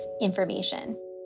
information